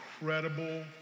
incredible